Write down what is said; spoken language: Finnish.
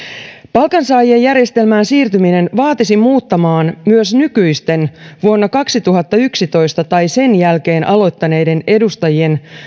palkansaajien järjestelmään siirtyminen vaatisi muuttaman myös nykyisten vuonna kaksituhattayksitoista tai sen jälkeen aloittaneiden edustajien